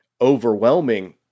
overwhelming